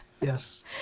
Yes